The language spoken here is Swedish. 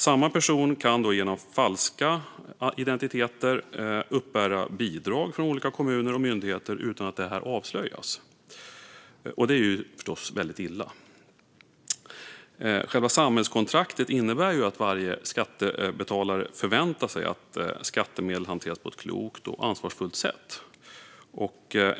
Samma person kan då genom falska identiteter uppbära bidrag från olika kommuner och myndigheter utan att detta avslöjas, och det är förstås väldigt illa. Själva samhällskontraktet innebär att varje skattebetalare förväntar sig att skattemedel hanteras på ett klokt och ansvarsfullt sätt.